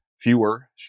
fewer